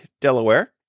Delaware